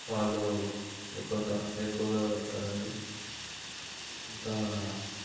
వాళ్ళు కొంతమంది ఎక్కువగా ఆడతారు అది ఇంకా